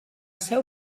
seu